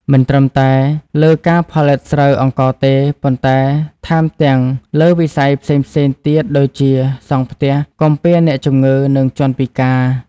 មិនត្រឹមតែលើការផលិតស្រូវអង្ករទេ ប៉ុន្តែថែមទាំងលើវិស័យផ្សេងៗទៀតដូចជា សង់ផ្ទះ គាំពារអ្នកជំងឺ និងជនពិការ។